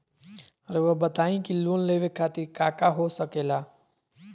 रउआ बताई की लोन लेवे खातिर काका हो सके ला?